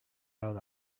out